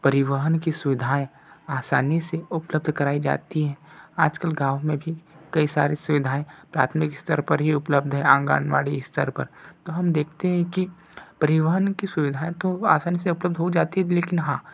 परिवहन की सुविधाएँ आसानी से उपलब्ध कराई जाती है आज कल गाँव मे भी कई सारी सुविधाए प्राथमिक स्तर पर ही उपलब्ध है आंगनवाड़ी स्तर पर तो हम देखते की परिवहन की सुविधाएँ तो आसानी से उपलब्ध हो जाती है लेकिन हाँ